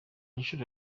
inshuro